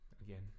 Again